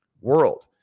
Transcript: world